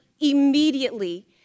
immediately